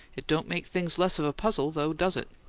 it don't make things less of a puzzle, though, does it?